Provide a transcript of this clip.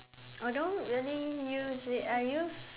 I don't really use it I use